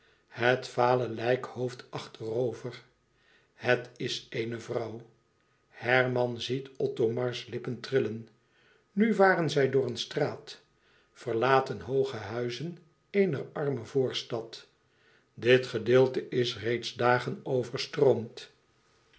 het vale lijkhoofd achterover het is een vrouw herman ziet othomars lippen trillen nu varen zij door een straat verlaten hooge huizen eener arme voorstad dit gedeelte is reeds dagen overstroomd